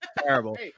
Terrible